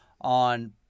on